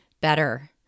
better